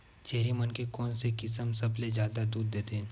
छेरी मन के कोन से किसम सबले जादा दूध देथे?